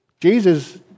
Jesus